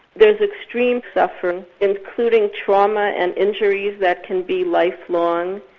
there's extreme suffering including trauma and injuries that can be lifelong,